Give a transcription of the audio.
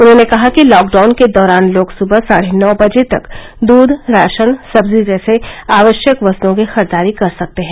उन्होंने कहा कि लॉकडाउन के दौरान लोग सुबह साढ़े नौ बजे तक दूध राशन सब्जी जैसी आवश्यक वस्तुओं की खरीददारी कर सकते हैं